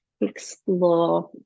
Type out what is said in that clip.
explore